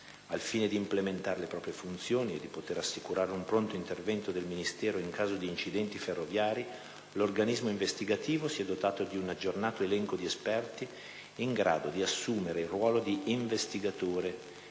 Al fine di implementare le proprie funzioni e di poter assicurare un pronto intervento del Ministero in caso di incidenti ferroviari, l'organismo investigativo si è dotato di un aggiornato elenco di esperti in grado di assumere il ruolo di investigatore (quindi